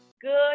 Good